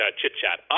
chit-chat